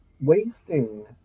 wasting